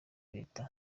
leta